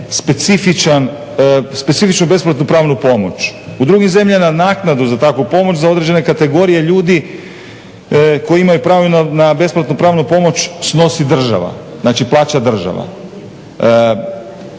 specifičnu besplatnu pravnu pomoć. U drugim zemljama naknadu za takvu pomoć za određene kategorije ljudi koji imaju pravo na besplatnu pravnu pomoć snosi država, znači plaća država.